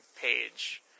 page